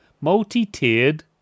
multi-tiered